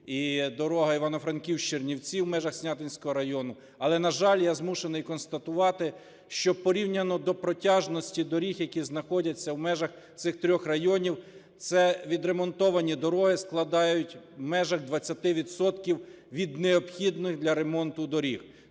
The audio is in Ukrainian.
і дорога в Івано-Франківськ з Чернівців у межах Снятинського району. Але, на жаль, я змушений констатувати, що порівняно до протяжності доріг, які знаходяться в межах цих трьох районів, відремонтовані дороги складають в межах 20 відсотків від необхідних для ремонту доріг.